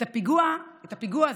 את הפיגוע הזה,